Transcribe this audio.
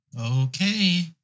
Okay